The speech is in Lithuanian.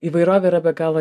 įvairovė yra be galo